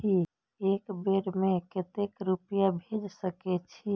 एक बार में केते रूपया भेज सके छी?